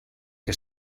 que